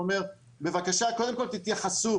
ואומר בבקשה קודם כל תתייחסו,